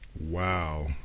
Wow